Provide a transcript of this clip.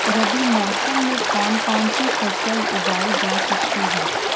रबी मौसम में कौन कौनसी फसल उगाई जा सकती है?